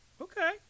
Okay